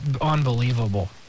unbelievable